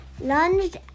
lunged